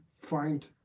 find